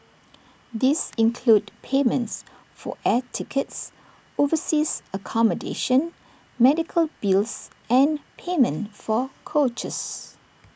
these include payments for air tickets overseas accommodation medical bills and payment for coaches